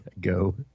Go